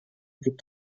gibt